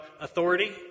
authority